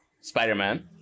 Spider-Man